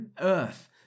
Earth